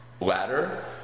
ladder